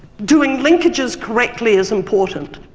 doing linkages correctly is important.